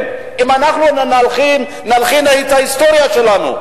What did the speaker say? אם אנחנו לא ננחיל להם את ההיסטוריה שלנו?